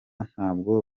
ntabwo